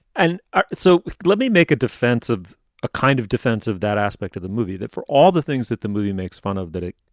and so let me make a defense of a kind of defense of that aspect of the movie that for all the things that the movie makes fun of it,